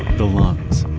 the lungs,